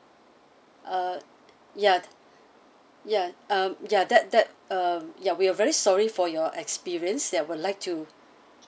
uh ya ya um ya that that um ya we are very sorry for your experience ya would like to